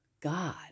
God